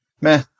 meh